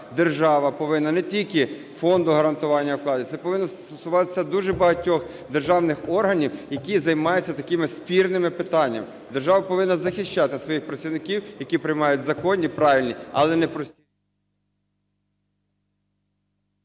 держава повинна не тільки Фонду гарантування вкладів, це повинно стосуватися дуже багатьох державних органів, які займаються такими спірними питаннями. Держава повинна захищати своїх працівників, які приймають законні, правильні, але непрості…